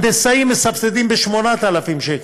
הנדסאי מסבסדים ב-8,000 שקל,